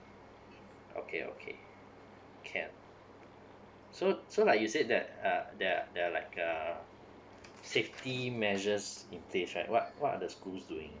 okay okay can so so like you said that uh there are there are like uh safety measures in place right what what are the school's doing